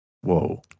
Whoa